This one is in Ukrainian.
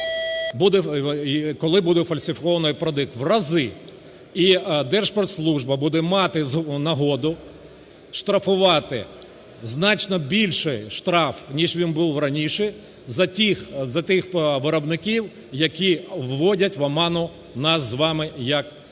коли буде фальсифіковано продукт, - в рази. І Держпродслужба буде мати нагоду штрафувати, значно більший штраф, ніж він був раніше, з тих виробників, які вводять в оману нас з вами як споживачів